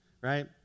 Right